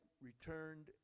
returned